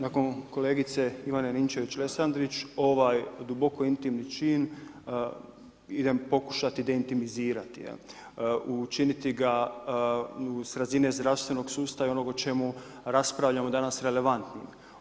Nakon kolegice Ivane Ninčević Lesandrić, ovaj duboko intimni čin idem pokušati deintimizirati, učiniti ga i s razine zdravstvenog sustava i onoga o čemu raspravljamo danas relevantnim.